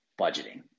budgeting